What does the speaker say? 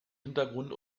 hintergrund